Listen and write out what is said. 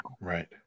right